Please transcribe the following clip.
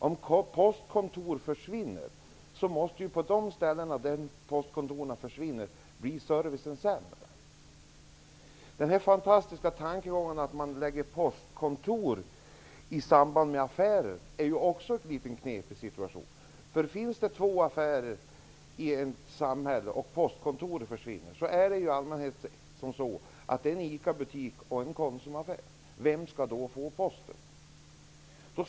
Om postkontor försvinner, måste ju servicen bli sämre på de ställena. Den fantastiska tankegången att man skall förlägga postkontor till affärer innebär ju också en litet knepig situation. Finns det två affärer i ett samhälle där postkontoret försvinner, är det ju i allmänhet fråga om en ICA-butik och en Konsumaffär. Vilken av dem skall då få postkontoret?